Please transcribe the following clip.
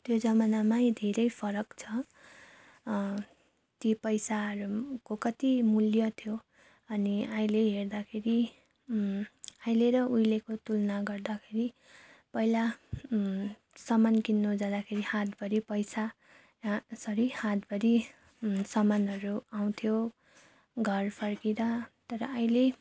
त्यो जमाना धेरै फरक छ ती पैसाहरूको कति मूल्य थियो अनि अहिले हेर्दाखेरि अहिले र उहिलेको तुलना गर्दाखेरि पहिला सामान किन्नु जाँदाखेरि हातभरि पैसा सरी हातभरि सामानहरू आउँथ्यो घर फर्किँदा तर अहिले